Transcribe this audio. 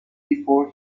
before